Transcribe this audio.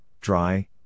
dry